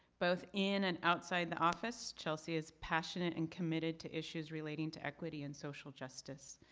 both in and outside the office, chelsea is passionate and committed to issues related to equity and social justice.